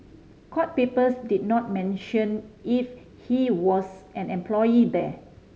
court papers did not mention if he was an employee there